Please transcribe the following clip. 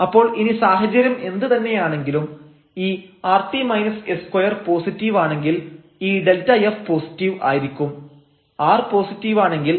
അപ്പോൾ ഇനി സാഹചര്യം എന്ത് തന്നെയാണെങ്കിലും ഈ rt s2 പോസിറ്റീവ് ആണെങ്കിൽ ഈ Δf പോസിറ്റീവ് ആയിരിക്കും r പോസിറ്റീവ് ആണെങ്കിൽ